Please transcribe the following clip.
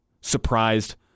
surprised